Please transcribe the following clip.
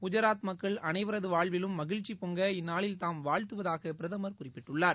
குஜராத் மக்கள் அனைவரது வாழ்விலும் மகிழ்ச்சி பொங்க இந்நாளில் தாம் வாழ்த்துவதாக பிரதமா் குறிப்பிட்டுள்ளார்